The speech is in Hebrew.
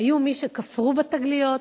והיו מי שכפרו בתגליות,